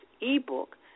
eBook